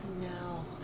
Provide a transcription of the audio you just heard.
No